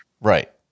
Right